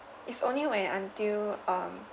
it's only when until um